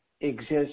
exists